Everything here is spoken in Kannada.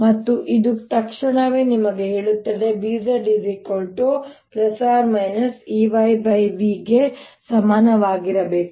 ಮತ್ತು ಇದು ತಕ್ಷಣವೇ ನಿಮಗೆ ಹೇಳುತ್ತದೆ Bz±Eyvಗೆ ಸಮನಾಗಿರಬೇಕು